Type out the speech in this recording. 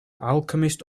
alchemist